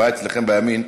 הבעיה אצלכם בימין,